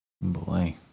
Boy